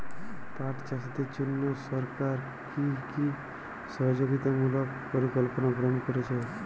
পাট চাষীদের জন্য সরকার কি কি সহায়তামূলক পরিকল্পনা গ্রহণ করেছে?